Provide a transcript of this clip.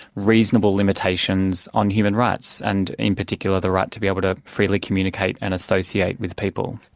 reasonable limitations on human rights, and in particular, the right to be able to freely communicate and associate with people.